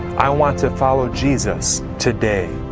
i want to follow jesus today.